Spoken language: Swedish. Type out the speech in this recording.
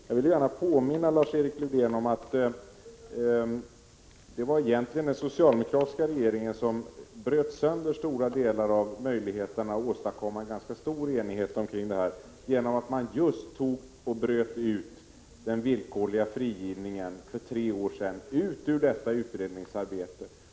Jag vill gärna påminna Lars-Erik Lövdén om att det egentligen var den socialdemokratiska regeringen som till stor del förstörde möjligheterna att åstadkomma en ganska bred enighet på detta område — just genom att för tre år sedan bryta ut den villkorliga frigivningen ur detta utredningsarbete.